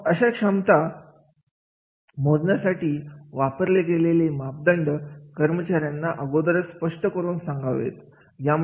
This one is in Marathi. मग अशा क्षमता मोजण्यासाठी वापरले गेलेले मापदंड कर्मचाऱ्यांना अगोदरच स्पष्ट करून सांगावेत